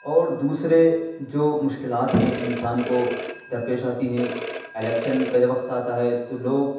اور دوسرے جو مشکلات ہیں انسان کو در پیش آتی ہیں الیکشن کا جب وقت آتا ہے تو لوگ